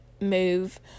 move